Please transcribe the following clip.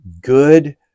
good